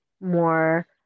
more